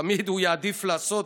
תמיד הוא יעדיף לעשות